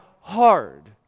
hard